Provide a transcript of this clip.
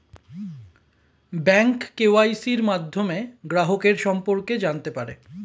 bank কেওয়াইসির মাধ্যমে গ্রাহকের সম্পর্কে জানতে পারে